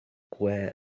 gwe